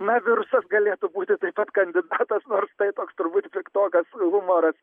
na virusas galėtų būti taip pat kandidatas nors tai toks turbūt piktokas humoras